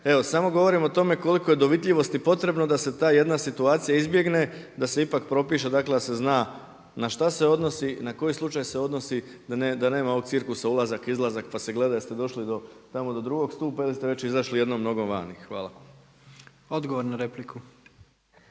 evo samo govorim o tome koliko je dovitljivosti potrebno da se ta jedna situacija izbjegne, da se ipak propiše dakle da se zna na šta se odnosi, na koji slučaj se odnosi, da nema ovog cirkusa, ulazak, izlazak, pa se gleda jeste li došli tamo do drugog stupa ili ste već izašli jednom nogom van. Hvala. **Jandroković,